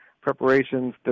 preparations